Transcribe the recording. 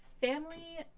family